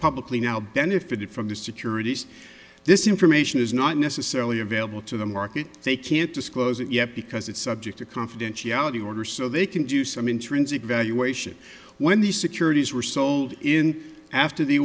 publicly now benefited from the securities this information is not necessarily available to the market they can't disclose it yet because it's subject to confidentiality order so they can do some intrinsic value ation when these securities were sold in after the